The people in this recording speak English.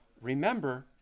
remember